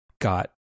got